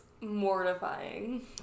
mortifying